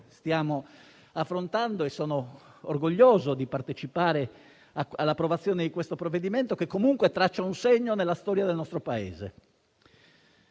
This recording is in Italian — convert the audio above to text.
Davvero sono orgoglioso di partecipare all'approvazione di questo provvedimento, che comunque traccia un segno nella storia del nostro Paese.